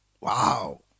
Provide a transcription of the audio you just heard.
Wow